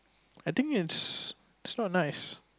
I think it's its not nice